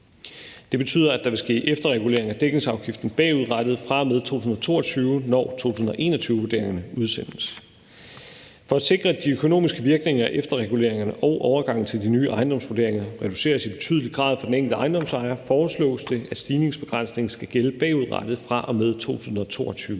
Det betyder, at der vil ske efterreguleringer af dækningsafgiften bagudrettet fra og med 2022, når 2021-vurderingerne udsendes. For at sikre, at de økonomiske virkninger af efterreguleringerne og overgangen til de nye ejendomsvurderinger reduceres i betydelig grad for den enkelte ejendomsejer, foreslås det, at stigningsbegrænsningen skal gælde bagudrettet fra og med 2022.